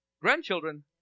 Grandchildren